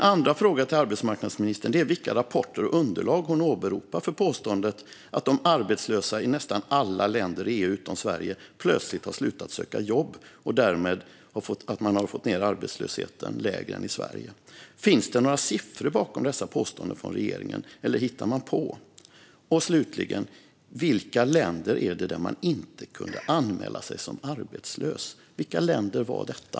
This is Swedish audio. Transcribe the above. Min andra fråga är: Vilka rapporter och underlag åberopar arbetsmarknadsministern för påståendet att de arbetslösa i nästan alla länder i EU utom Sverige plötsligt har slutat söka jobb och att man därmed har fått ned arbetslösheten till lägre nivåer än i Sverige? Finns det några siffror bakom dessa påståenden från regeringen, eller hittar man på? Slutligen: I vilka länder har man inte kunnat anmäla sig som arbetslös? Vilka länder var detta?